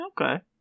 Okay